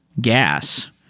gas